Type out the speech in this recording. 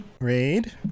Raid